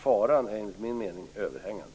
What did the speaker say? Faran är enligt min mening överhängande.